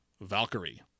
Valkyrie